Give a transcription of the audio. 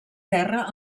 guerra